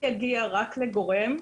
יגיע רק לגורם,